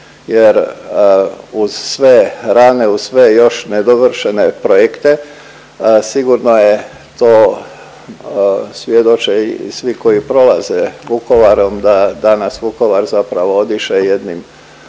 jer uz sve rane, uz sve još nedovršene projekte sigurno je to svjedoče i svi koji prolaze Vukovarom da danas Vukovar zapravo odiše jednim